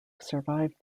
survived